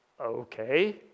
Okay